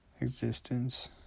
existence